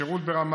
שירות ברמה